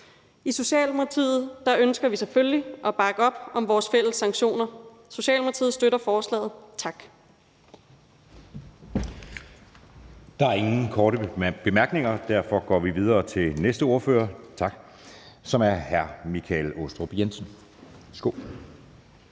I Socialdemokratiet ønsker vi selvfølgelig at bakke op om vores fælles sanktioner. Socialdemokratiet støtter forslaget. Tak. Kl. 17:35 Anden næstformand (Jeppe Søe): Der er ingen korte bemærkninger. Derfor går vi videre til næste ordfører, som er hr. Michael Aastrup Jensen.